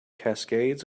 cascades